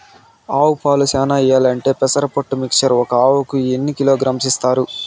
ఆవులు పాలు చానా ఇయ్యాలంటే పెసర పొట్టు మిక్చర్ ఒక ఆవుకు ఎన్ని కిలోగ్రామ్స్ ఇస్తారు?